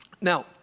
Now